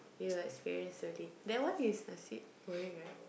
you experienced already that one is nasi-goreng right